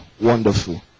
wonderful